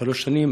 או שלוש שנים,